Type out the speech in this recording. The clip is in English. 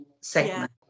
segment